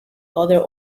other